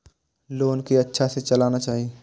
Loan के अच्छा से चलाना चाहि?